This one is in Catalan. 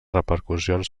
repercussions